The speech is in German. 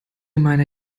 meiner